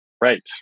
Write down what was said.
Right